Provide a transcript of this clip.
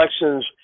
elections